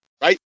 right